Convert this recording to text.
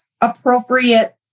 appropriate